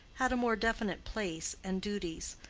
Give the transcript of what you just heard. had a more definite place and duties.